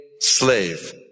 slave